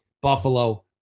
Buffalo